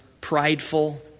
prideful